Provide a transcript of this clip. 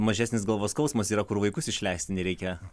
mažesnis galvos skausmas yra kur vaikus išleisti nereikia